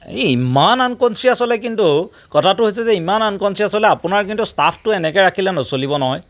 ই ইমান আনকনচিয়েছ হ'লে কিন্তু কথাটো হৈছে ইমান আনকনচিয়েছ হ'লে আপোনাৰ কিন্তু ষ্টাফটো এনেকে ৰাখিলে নচলিব নহয়